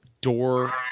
Door